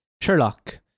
Sherlock